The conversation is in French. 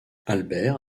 albert